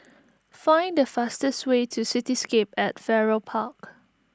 find the fastest way to Cityscape at Farrer Park